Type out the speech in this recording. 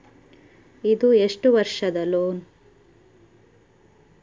ಇದು ಎಷ್ಟು ವರ್ಷದ ಲೋನ್?